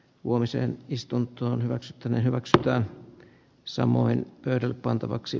huomisen istun toon hyväksyttäneen hyväksytään samoin teiden pantavaksi